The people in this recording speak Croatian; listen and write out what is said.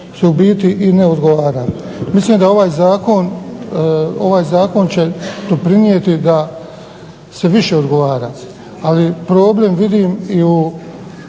u biti ne odgovara. Mislim da ovaj Zakon će doprinijeti da se više odgovara ali problem vidim u